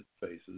faces